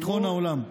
ביטחון העולם.